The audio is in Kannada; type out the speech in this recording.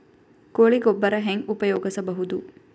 ಕೊಳಿ ಗೊಬ್ಬರ ಹೆಂಗ್ ಉಪಯೋಗಸಬಹುದು?